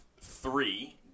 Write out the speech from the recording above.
three